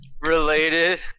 related